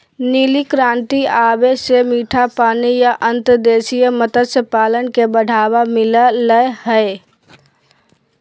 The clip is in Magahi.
नीली क्रांति आवे से मीठे पानी या अंतर्देशीय मत्स्य पालन के बढ़ावा मिल लय हय